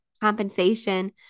compensation